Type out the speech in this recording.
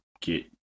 get